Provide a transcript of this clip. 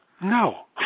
no